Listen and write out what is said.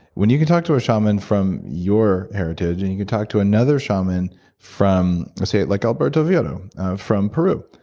when you can talk to a shaman from your heritage and you can talk to another shaman from. say, like alberto villoldo from peru,